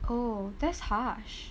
oh that's harsh